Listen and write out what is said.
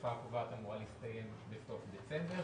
התקופה הקובעת אמורה להסתיים בסוף דצמבר,